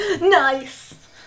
Nice